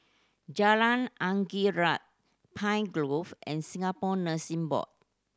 Jalan Angin Laut Pine Grove and Singapore Nursing Board